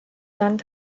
land